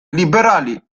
liberali